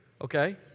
Okay